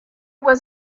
was